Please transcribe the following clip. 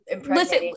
Listen